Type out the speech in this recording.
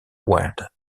wade